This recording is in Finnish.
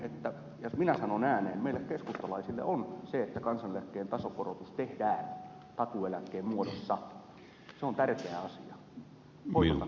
jos minä sanon ääneen meille keskustalaisille on tärkeä asia se että kansaneläkkeen tasokorotus tehdään takuueläkkeen muodossa